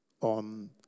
on